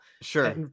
Sure